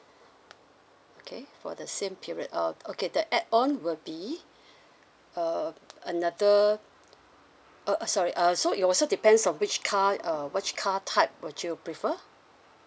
okay for the same period um okay the add on will be uh another uh uh sorry uh so it also depends on which car uh which car type would you prefer